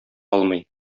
алмый